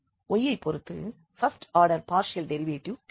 y யைப் பொறுத்து first order partial derivative கிடைக்கும்